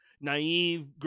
naive